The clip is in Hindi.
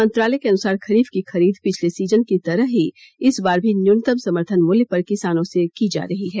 मंत्रालय के अनुसार खरीफ की खरीद पिछले सीजन की तरह ही इस बार भी न्यूनतम समर्थन मूल्य पर किसानों से की जा रही है